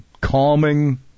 calming